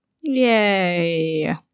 Yay